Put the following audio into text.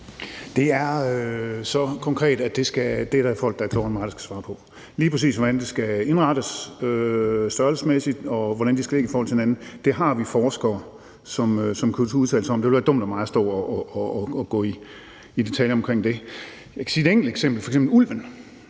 Det er så konkret, at det er der folk, der er klogere end mig, der skal svare på. Lige præcis hvordan det størrelsesmæssigt skal indrettes og hvordan de skal ligge i forhold til hinanden, har vi forskere som kommer til at udtale sig om. Det ville være dumt af mig at stå og gå i detaljer om det. Jeg kan komme med et enkelt eksempel. Ulven